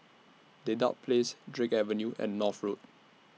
Dedap Place Drake Avenue and North Road